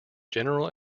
general